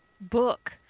book